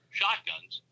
shotguns